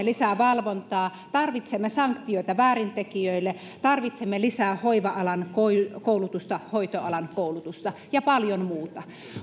lisää valvontaa tarvitsemme sanktioita väärintekijöille tarvitsemme lisää hoiva alan koulutusta koulutusta hoitoalan koulutusta ja paljon muuta